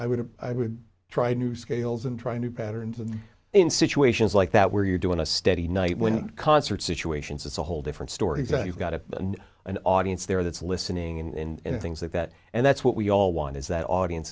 i wouldn't i would try new scales and trying to patterns and in situations like that where you're doing a steady night when concert situations it's a whole different story is that you've got it and an audience there that's listening in things like that and that's what we all want is that audience